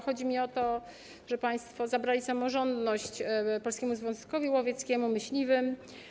Chodzi mi o to, że państwo zabrali samorządność Polskiemu Związkowi Łowieckiemu, myśliwym.